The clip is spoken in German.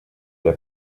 der